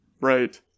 Right